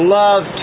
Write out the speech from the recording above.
love